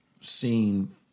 seen